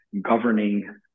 governing